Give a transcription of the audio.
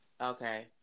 Okay